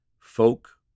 Folk